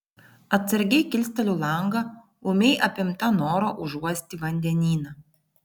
atsargiai kilsteliu langą ūmiai apimta noro užuosti vandenyną